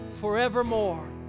forevermore